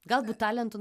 galbūt talentų